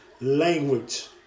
language